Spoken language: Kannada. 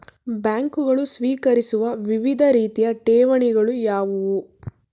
ಬ್ಯಾಂಕುಗಳು ಸ್ವೀಕರಿಸುವ ವಿವಿಧ ರೀತಿಯ ಠೇವಣಿಗಳು ಯಾವುವು?